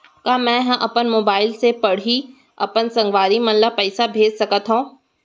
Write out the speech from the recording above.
का मैं अपन मोबाइल से पड़ही अपन संगवारी मन ल पइसा भेज सकत हो?